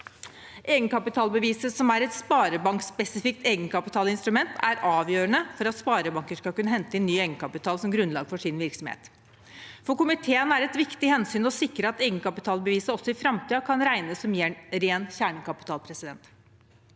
Egenkapitalbeviset, som er et sparebankspesifikt egenkapitalinstrument, er avgjørende for at sparebanker skal kunne hente inn ny egenkapital som grunnlag for sin virksomhet. For komiteen er det et viktig hensyn å sikre at egenkapitalbeviset også i framtiden kan regnes som ren kjernekapital. Vi er